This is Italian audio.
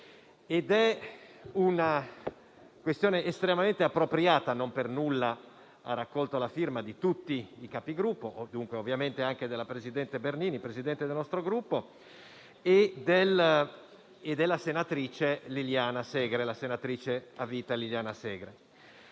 ed è una questione estremamente appropriata. Non per nulla ha raccolto la firma di tutti i Capigruppo e ovviamente anche della senatrice Bernini, Presidente del nostro Gruppo, e della senatrice a vita Liliana Segre.